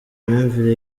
myumvire